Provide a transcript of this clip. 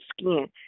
skin